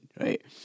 right